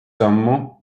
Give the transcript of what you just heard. sammu